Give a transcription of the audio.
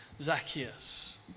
Zacchaeus